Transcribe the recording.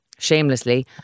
shamelessly